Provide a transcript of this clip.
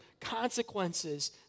consequences